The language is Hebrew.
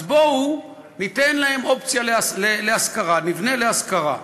אז בואו ניתן להם אופציה של השכרה, נבנה להשכרה.